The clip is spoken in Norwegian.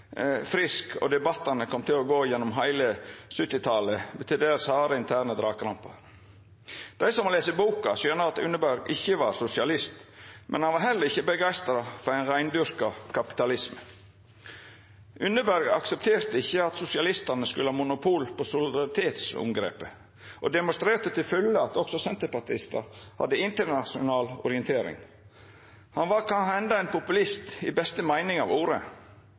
frisk, og debatten kom til å gå gjennom heile 1970-talet med til dels harde interne dragkampar. Dei som har lese boka, skjønar at Unneberg ikkje var sosialist, men han var heller ikkje begeistra for ein reindyrka kapitalisme. Unneberg aksepterte ikkje at sosialistane skulle ha monopol på solidaritetsomgrepet, og demonstrerte til fulle at også senterpartistar hadde internasjonal orientering. Han var kan henda ein populist i beste meining av ordet.